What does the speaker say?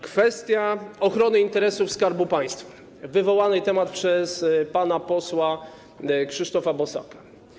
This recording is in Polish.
Kwestia ochrony interesów Skarbu Państwa - temat wywołany przez pana posła Krzysztofa Bosaka.